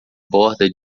borda